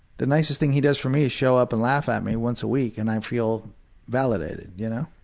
the nicest thing he does for me is show up and laugh at me once a week and i feel validated, you know?